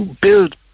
build